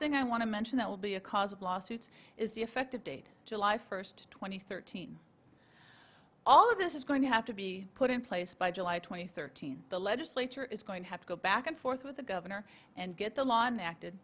thing i want to mention that will be a cause of lawsuits is the effective date july first two thousand and thirteen all of this is going to have to be put in place by july twenty third the legislature is going to have to go back and forth with the governor and get the law enacted